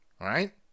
right